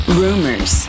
rumors